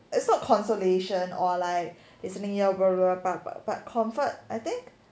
it's not consolation or like listening ear blah blah blah like I think